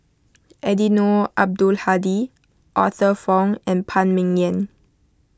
Eddino Abdul Hadi Arthur Fong and Phan Ming Yen